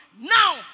Now